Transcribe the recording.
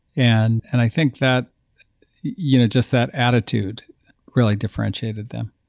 and and i think that you know just that attitude really differentiated them